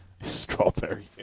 Strawberry